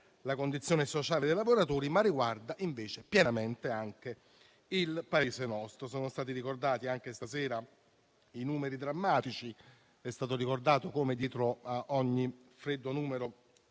la condizione sociale dei lavoratori, ma pienamente anche il nostro Paese. Sono stati ricordati anche stasera i numeri drammatici; è stato ricordato come dietro a ogni freddo numero